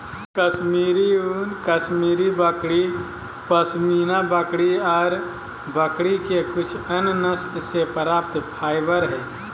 कश्मीरी ऊन, कश्मीरी बकरी, पश्मीना बकरी ऑर बकरी के कुछ अन्य नस्ल से प्राप्त फाइबर हई